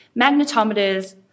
magnetometers